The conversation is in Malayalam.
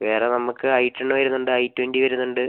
വേറെ നമുക്ക് ഐ ടെൻ വരുന്നുണ്ട് ഐ ട്വൻറ്റി വരുന്നുണ്ട്